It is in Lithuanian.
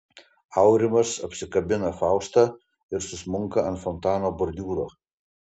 aurimas apsikabina faustą ir susmunka ant fontano bordiūro